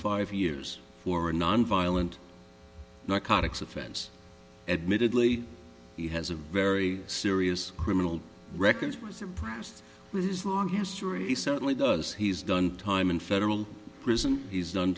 five years for a nonviolent narcotics offense admittedly he has a very serious criminal records was impressed with his long history certainly does he's done time in federal prison he's done